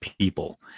people